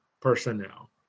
personnel